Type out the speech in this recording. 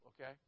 okay